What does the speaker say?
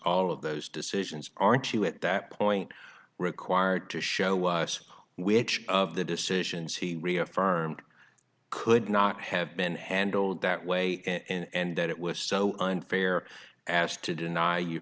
all of those decisions aren't you at that point required to show was which of the decisions he reaffirmed could not have been handled that way and that it was so unfair as to deny you